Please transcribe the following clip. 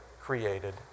created